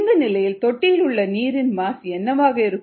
இந்த நிலையில் தொட்டியில் உள்ள நீரின் மாஸ் என்னவாக இருக்கும்